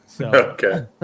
Okay